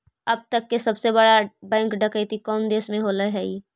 अब तक के सबसे बड़ा बैंक डकैती कउन देश में होले हइ?